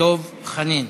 דב חנין,